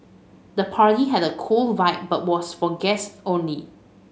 the party had a cool vibe but was for guests only